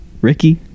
ricky